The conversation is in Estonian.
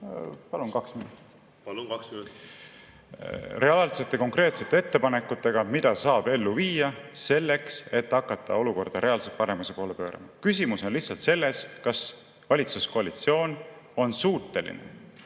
Palun kaht minutit. Palun, kaks minutit! Reaalsed konkreetsed ettepanekud, mida saab ellu viia selleks, et hakata olukorda reaalselt paremuse poole pöörama. Küsimus on lihtsalt selles, kas valitsuskoalitsioon on suuteline